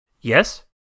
Yes